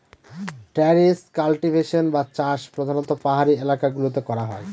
terrace cultivation বা চাষ প্রধানত পাহাড়ি এলাকা গুলোতে করা হয়